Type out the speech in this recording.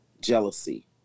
jealousy